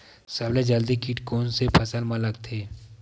सबले जल्दी कीट कोन से फसल मा लगथे?